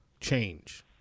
change